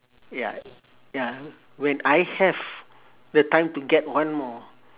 ya ya when I have the time to get one more